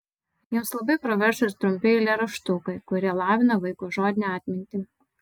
jums labai pravers ir trumpi eilėraštukai kurie lavina vaiko žodinę atmintį